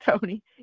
Tony